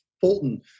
Fulton